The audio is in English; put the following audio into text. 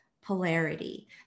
polarity